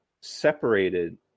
separated